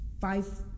five